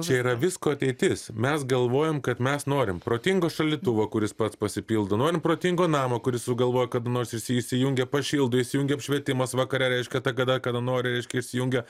čia yra visko ateitis mes galvojom kad mes norim protingo šaldytuvo kuris pats pasipildo norim protingo namo kuris sugalvoja kad nors jis įsijungia pašildo įsijungia apšvietimas vakare reiškia ta kada kada norireiškia įsijungia